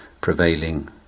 prevailing